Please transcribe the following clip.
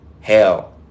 Hell